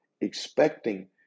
expecting